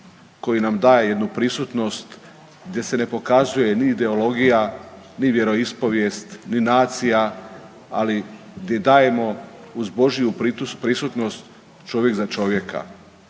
koji nam daje jednu prisutnost gdje se ne pokazuje ni ideologija, ni vjeroispovijest, ni nacija, ali di dajemo uz božju prisutnost čovjek za čovjeka.